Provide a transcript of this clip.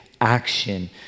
action